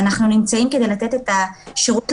אנחנו נמצאים כדי לתת את השירות לאזרח.